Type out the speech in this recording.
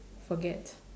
forget